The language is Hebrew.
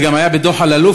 זה גם היה בדוח אלאלוף,